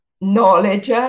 knowledge